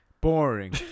boring